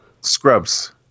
Scrubs